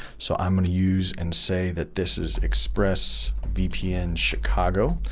so i'm going to use and say that this is expressvpn chicago.